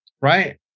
right